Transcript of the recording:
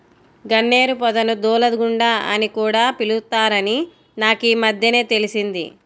గన్నేరు పొదను దూలగుండా అని కూడా పిలుత్తారని నాకీమద్దెనే తెలిసింది